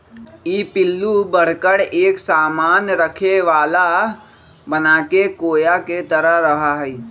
ई पिल्लू बढ़कर एक सामान रखे वाला बनाके कोया के तरह रहा हई